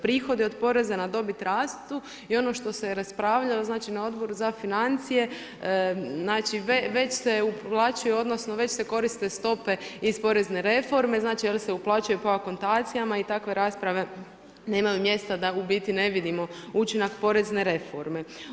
Prihodi od poreza na dobit rastu i ono što se raspravljalo, znači na Odboru za financije, znači već se uplaćuje, znači već se koriste stope iz porezne reforme znači jer se uplaćuje po akontacijama i takve rasprave nemaju mjesta u biti da ne vidimo učinak porezne reforme.